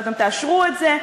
אבל אתם תאשרו את זה.